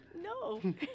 No